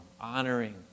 honoring